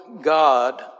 God